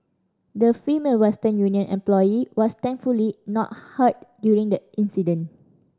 the Female Western Union employee was thankfully not hurt during the incident